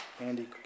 Andy